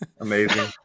Amazing